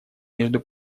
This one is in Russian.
между